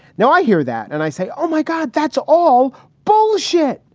now, i hear that and i say, oh, my god, that's all bullshit.